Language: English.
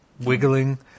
wiggling